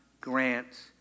grants